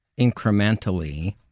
incrementally